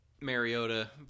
Mariota